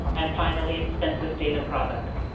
and finally, census data products.